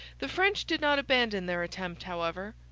the french did not abandon their attempt, however,